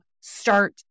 start